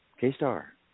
K-Star